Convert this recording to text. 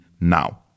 now